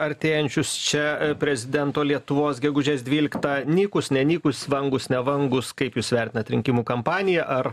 artėjančius čia prezidento lietuvos gegužės dvyliktą nykūs nenykus vangūs nevangus kaip jūs vertinat rinkimų kampaniją ar